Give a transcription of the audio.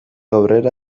aurrera